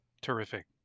Terrific